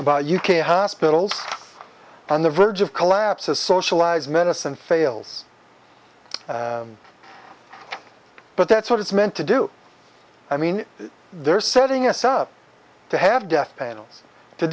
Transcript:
about you can hospitals on the verge of collapse a socialized medicine fails but that's what it's meant to do i mean they're setting us up to have death panels to